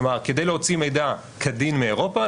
כלומר כדי להוציא מידע כדין באירופה,